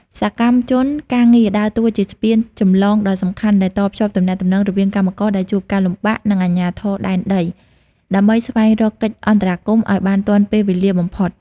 សកម្មជនការងារដើរតួជាស្ពានចម្លងដ៏សំខាន់ដែលតភ្ជាប់ទំនាក់ទំនងរវាងកម្មករដែលជួបការលំបាក និងអាជ្ញាធរដែនដី ដើម្បីស្វែងរកកិច្ចអន្តរាគមន៍ឱ្យបានទាន់ពេលវេលាបំផុត។